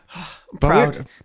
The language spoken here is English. proud